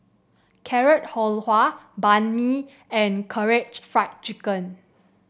Carrot Halwa Banh Mi and Karaage Fried Chicken